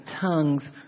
tongues